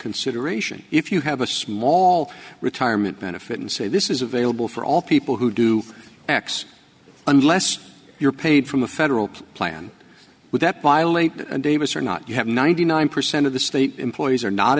consideration if you have a small retirement benefit and say this is available for all people who do x unless you're paid from a federal plan would that violate davis or not you have ninety nine percent of the state employees are not